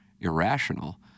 irrational